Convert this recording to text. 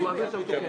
אני מתנגד.